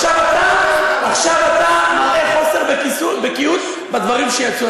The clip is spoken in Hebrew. עכשיו אתה מראה חוסר בקיאות בדברים שיצאו.